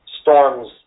storms